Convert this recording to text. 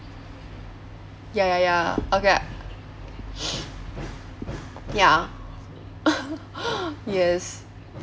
ya ya ya okay ya yes